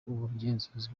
ubugenzuzi